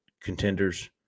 contenders